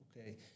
okay